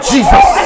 Jesus